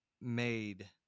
made